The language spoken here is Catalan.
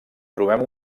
trobem